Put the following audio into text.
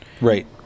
Right